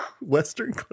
western